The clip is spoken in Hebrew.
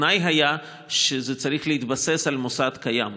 התנאי היה שזה צריך להתבסס על מוסד קיים,